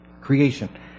creation